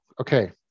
Okay